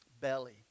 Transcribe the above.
belly